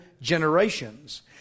generations